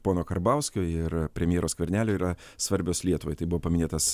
pono karbauskio ir premjero skvernelio yra svarbios lietuvai tai buvo paminėtas